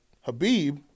Habib